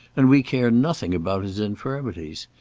and we care nothing about his infirmities.